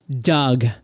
Doug